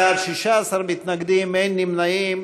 57 בעד, 16 מתנגדים, אין נמנעים.